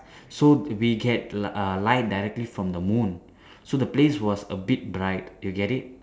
so we get err light directly from the moon so the place was a bit bright you get it